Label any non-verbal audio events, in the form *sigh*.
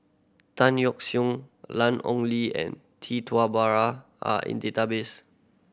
Tan Yeok Seong Lan Ong Li and Tee Tua Ba *unintelligible* are in database